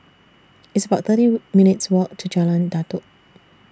It's about thirty minutes' Walk to Jalan Datoh